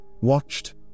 watched